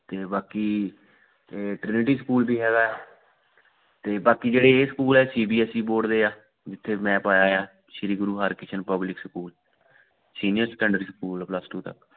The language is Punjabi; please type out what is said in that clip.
ਅਤੇ ਬਾਕੀ ਟ੍ਰਿਨਿਟੀ ਸਕੂਲ ਵੀ ਹੈਗਾ ਆ ਅਤੇ ਬਾਕੀ ਜਿਹੜੇ ਇਹ ਸਕੂਲ ਹੈ C B S E board ਦੇ ਆ ਜਿੱਥੇ ਮੈਂ ਪਾਇਆ ਆ Shri Guru Harkrishan public school senior secondary school ਹੈ ਪਲਸ ਟੂ ਤੱਕ